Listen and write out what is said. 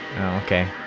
okay